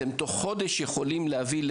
אתם יכולים להעביר לנו